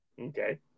Okay